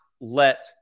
let –